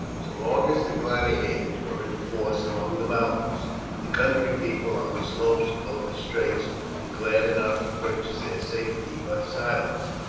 so long as the gladiators were in force among the mountains the country people on the slopes above the straits were glad enough to purchase their safety by silence.